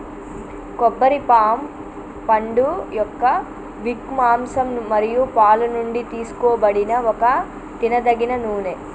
కొబ్బరి పామ్ పండుయొక్క విక్, మాంసం మరియు పాలు నుండి తీసుకోబడిన ఒక తినదగిన నూనె